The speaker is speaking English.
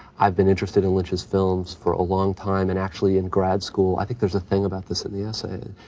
i've been interested in lynch's films for a long time and actually, in grad school, i think there's a thing about this in the essay.